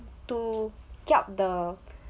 to kiap the